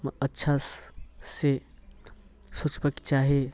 म अच्छासँ सोचबाक चाही